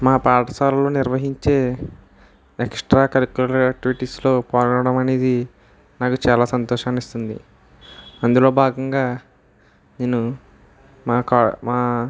మా పాఠశాలలో నిర్వహించే ఎక్స్ట్రా కరుక్యులర్ యాక్టివిటీస్లో పడడం అనేది నాకు చాలా సంతోషాన్ని ఇస్తుంది అందులో భాగంగా నేను మా క మా